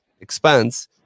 expense